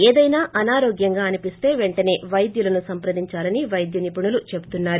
ఏదైనా అనారోగ్యంగా అనిపిస్తే వెంటనే వైద్యులను సంప్రదిందాలని వైద్య నిపుణులు చెబుతున్నారు